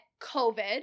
COVID